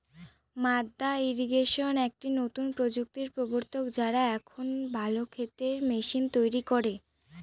মাদ্দা ইরিগেশন একটি নতুন প্রযুক্তির প্রবর্তক, যারা এখন ভালো ক্ষেতের মেশিন তৈরী করে